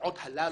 בתופעות הללו,